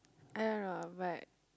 I don't know but